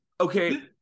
okay